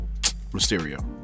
mysterio